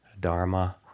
Dharma